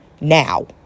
now